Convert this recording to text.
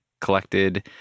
collected